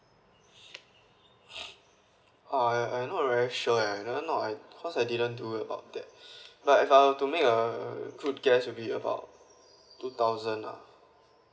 ah I I not very sure eh didn't know cause I didn't do about that but I were to make a good guess will be about two thousand lah